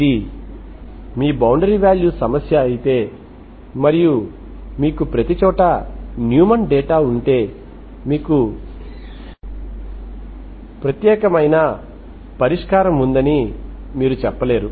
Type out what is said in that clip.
ఇది మీ boundary value సమస్య అయితే మరియు మీకు ప్రతిచోటా న్యూమాన్ డేటా ఉంటే మీకు ప్రత్యేకమైన పరిష్కారం ఉందని మీరు చెప్పలేరు